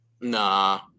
Nah